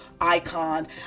icon